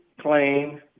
claim